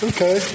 Okay